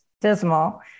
dismal